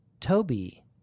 Toby